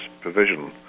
provision